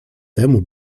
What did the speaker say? temu